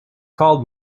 called